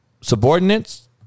subordinates